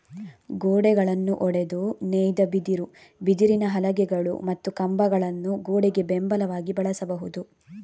ಗೋಡೆಗಳನ್ನು ಒಡೆದು ನೇಯ್ದ ಬಿದಿರು, ಬಿದಿರಿನ ಹಲಗೆಗಳು ಮತ್ತು ಕಂಬಗಳನ್ನು ಗೋಡೆಗೆ ಬೆಂಬಲವಾಗಿ ಬಳಸಬಹುದು